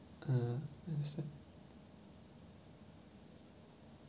uh let me see